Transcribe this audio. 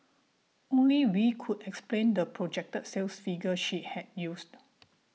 only Wee could explain the projected sales figure she had used